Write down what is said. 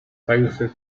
países